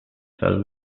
fell